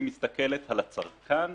היא מסתכלת על הצרכן,